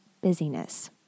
busyness